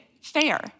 fair